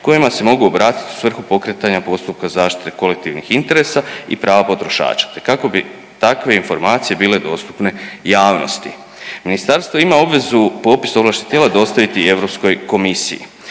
kojima se mogu obratiti u svrhu pokretanja postupka zaštite kolektivnih interesa i prava potrošača te kako bi takve informacije bile dostupne javnosti. Ministarstvo ima obvezu popis ovlaštenih tijela dostaviti i Europskoj komisiji.